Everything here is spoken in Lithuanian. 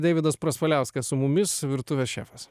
deividas praspaliauskas su mumis virtuvės šefas